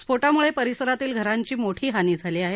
स्फोटामुळे परिसरातील घरांचीही मोठी हानी झाली आहे